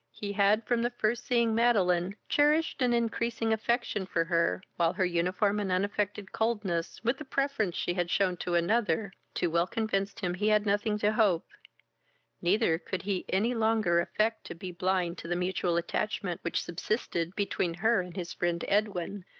he had, from the first seeing madeline, cherished an increasing affection for her, while her uniform and unaffected coldness, with the preference she had shewn to another, too well convinced him he had nothing to hope neither could he any longer affect to be blind to the mutual attachment which subsisted between her and his friend edwin,